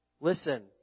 Listen